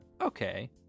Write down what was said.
okay